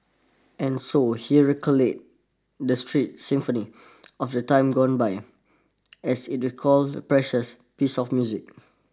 and so heroically the street symphony of the time gone by as it recall precious piece of music